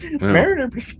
Mariner